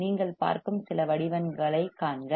நீங்கள் பார்க்கும் சில வடிவங்களைக் காண்க